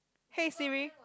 hey Siri